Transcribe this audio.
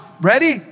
Ready